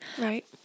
Right